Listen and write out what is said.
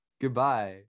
Goodbye